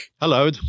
Hello